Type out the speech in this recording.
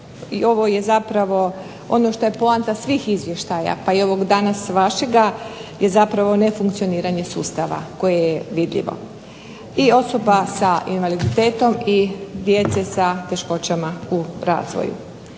i ovo je zapravo ono što je poanta svih izvještaja, pa i ovog danas vašega je zapravo nefunkcioniranje sustava koje je vidljivo i osoba sa invaliditetom i djece sa teškoćama u razvoju.